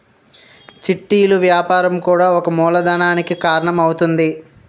చిట్టీలు వ్యాపారం కూడా ఒక మూలధనానికి కారణం అవుతుంది